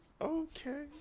okay